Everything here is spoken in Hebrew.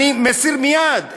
אני מסיר מייד,